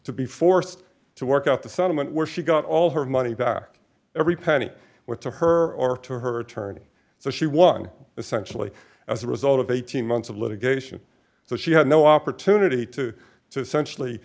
to be forced to work out the settlement where she got all her money back every penny went to her or to her attorney so she won essentially as a result of eighteen months of litigation so she had no opportunity to so